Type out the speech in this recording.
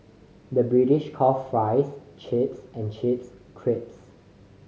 the British call fries chips and chips crisps